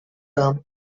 term